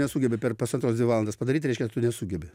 nesugebi per pusantros dvi valandas padaryt reiškia tu nesugebi